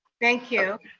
thank you.